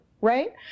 right